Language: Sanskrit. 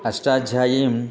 अष्टाध्यायीं